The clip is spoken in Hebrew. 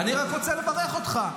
ואני רק רוצה לברך אותך.